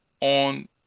on